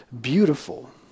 beautiful